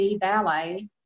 ballet